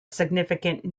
significant